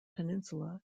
peninsula